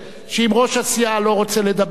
אם ראש הסיעה לא רוצה לדבר,